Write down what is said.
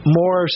more